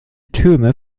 türme